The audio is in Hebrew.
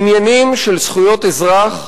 בעניינים של זכויות אזרח,